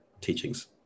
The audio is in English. teachings